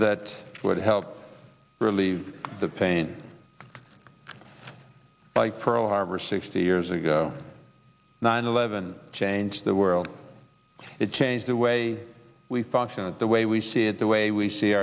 that would help relieve the pain by pearl harbor sixty years ago nine eleven changed the world it changed the way we function the way we see it the way we see